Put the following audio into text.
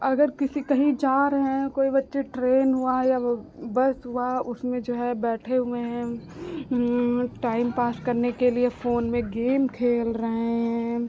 अगर किसी कहीं जा रहे हैं कोई बच्चे ट्रेन हुई या बस हुई उसमें जो है बैठे हुए हैं टाइम पास करने के लिए फ़ोन में गेम खेल रहे हैं